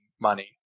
money